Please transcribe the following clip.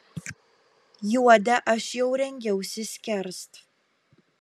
juodę aš jau rengiausi skerst